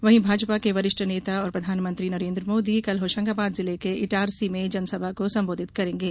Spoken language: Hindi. वहीं भाजपा के वरिष्ठ नेता और प्रधानमंत्री नरेन्द्र मोदी कल होशंगाबाद जिले के इटारसी में जनसभा को संबोधित करेंगे